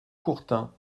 courtin